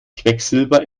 quecksilber